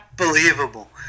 Unbelievable